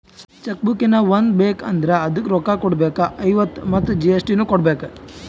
check book ಹೀನಾ ಒಂದ್ ಬೇಕ್ ಅಂದುರ್ ಅದುಕ್ಕ ರೋಕ್ಕ ಕೊಡ್ಬೇಕ್ ಐವತ್ತ ಮತ್ ಜಿ.ಎಸ್.ಟಿ ನು ಕೊಡ್ಬೇಕ್